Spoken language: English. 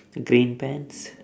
green pants